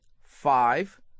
five